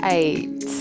eight